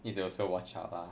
need to also watch out ah